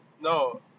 No